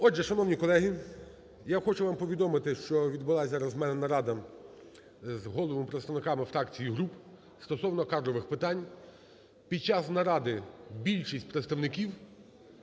Отже, шановні колеги, я хочу вам повідомити, що відбулася зараз у мене нарада з головами, представниками фракцій і груп стосовно кадрових питань. Під час наради більшість представників